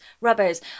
rubbers